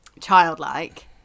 childlike